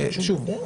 שוב,